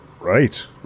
Right